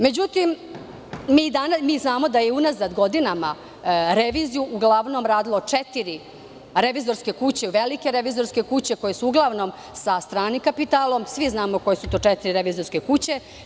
Međutim, mi znamo da je godinama unazad reviziju uglavnom radilo četiri velike revizorske kuće koje su uglavnom sa stranim kapitalom, svi znamo koje su to četiri revizorske kuće.